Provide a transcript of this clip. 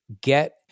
get